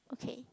okay